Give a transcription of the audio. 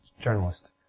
journalist